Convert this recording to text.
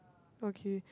okay